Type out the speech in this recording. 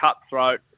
cutthroat